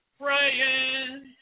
praying